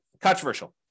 controversial